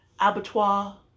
abattoir